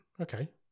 Okay